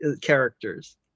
characters